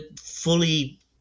fully